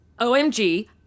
OMG